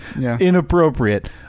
Inappropriate